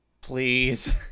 Please